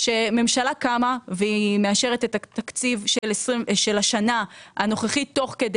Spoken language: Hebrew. כשממשלה קמה והיא מאשרת את התקציב של השנה הנוכחית תוך כדי